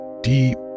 deep